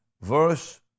verse